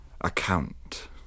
Account